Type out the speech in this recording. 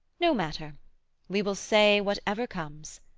no matter we will say whatever comes.